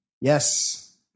Yes